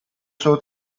suo